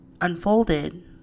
unfolded